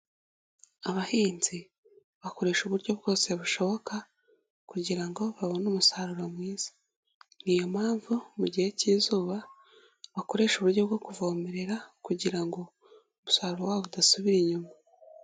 Abahinzi bakoresha uburyo bwose bushoboka kugira ngo babone umusaruro mwiza, ni iyo mpamvu mu gihe cy'izuba bakoresha uburyo bwo kuvomerera kugira ngo umusaruro wabo udasubira inyuma.